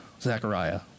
Zechariah